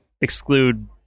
exclude